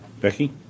Becky